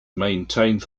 maintained